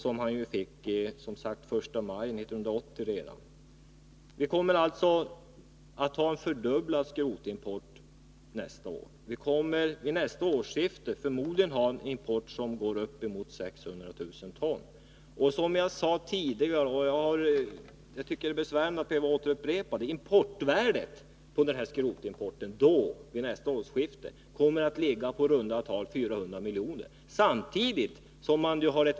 Resultatet därav fick vi redan den 1 maj 1980. Vi kommer alltså att ha en fördubbling av skrotimporten nästa år — vi kommer vid nästa årsskifte förmodligen att ha en import som går upp emot 600 000 ton. Som jag sade tidigare — jag tycker det är besvärande att behöva upprepa det — kommer värdet av skrotimporten vid nästa årsskifte att ligga i runt tal på 400 miljoner.